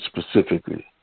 specifically